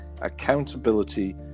accountability